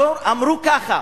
אמרו ככה: